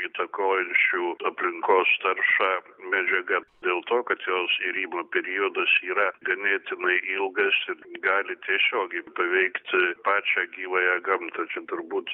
įtakojančių aplinkos taršą medžiaga dėl to kad jos irimo periodas yra ganėtinai ilgas ir gali tiesiogiai paveikt pačią gyvąją gamtą čia turbūt